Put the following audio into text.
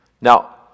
Now